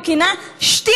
הוא כינה שטינקר,